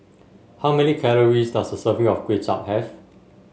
how many calories does a serving of Kway Chap have